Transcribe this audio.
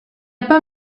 pas